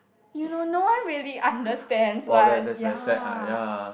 you know no one really understands but ya